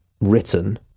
written